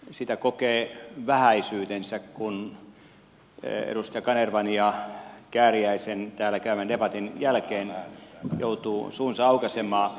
sitä kokee vähäisyytensä kun edustaja kanervan ja kääriäisen täällä käymän debatin jälkeen joutuu suunsa aukaisemaan